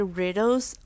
riddles